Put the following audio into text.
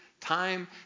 time